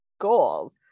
goals